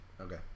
Okay